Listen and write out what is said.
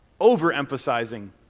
overemphasizing